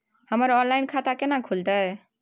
हमर ऑनलाइन खाता केना खुलते?